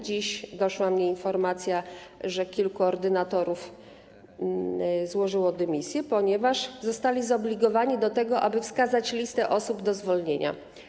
Dziś doszła do mnie informacja, że kilku ordynatorów złożyło dymisję, ponieważ zostali zobligowani do tego, aby wskazać listę osób do zwolnienia.